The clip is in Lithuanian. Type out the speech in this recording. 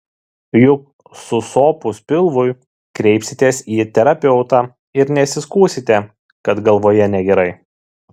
juk susopus pilvui kreipsitės į terapeutą ir nesiskųsite kad galvoje negerai